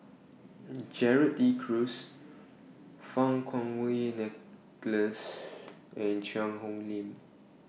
Gerald De Cruz Fang Kuo Wei Nicholas and Cheang Hong Lim